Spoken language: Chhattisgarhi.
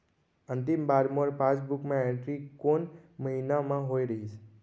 अंतिम बार मोर पासबुक मा एंट्री कोन महीना म होय रहिस?